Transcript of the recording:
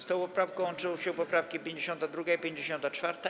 Z tą poprawką łączą się poprawki 52. i 54.